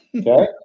okay